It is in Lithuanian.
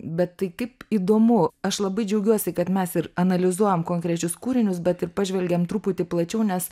bet tai kaip įdomu aš labai džiaugiuosi kad mes ir analizuojam konkrečius kūrinius bet ir pažvelgiam truputį plačiau nes